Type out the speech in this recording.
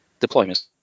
deployments